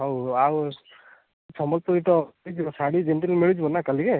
ହଉ ଆଉ ସମ୍ବଲପୁରୀ ତ ମିଳିଯିବ ଶାଢ଼ୀ ଯେମିତି ହେଲେ ମିଳିଯିବ ନା କାଲିକେ